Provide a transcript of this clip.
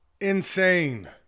insane